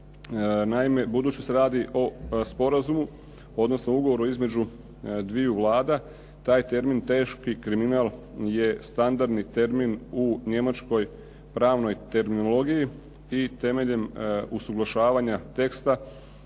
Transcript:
Naime, budući da se radi o sporazumu, odnosno ugovoru između dviju Vlada, taj termin teški kriminal je standardni termin u Njemačkoj pravnoj terminologiji i temeljem usuglašavanja teksta